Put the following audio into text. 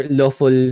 lawful